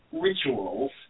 rituals